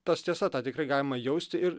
tas tiesa tą tikrai galima jausti ir